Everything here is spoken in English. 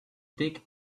dig